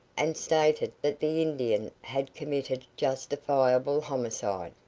and stated that the indian had committed justifiable homicide.